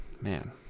man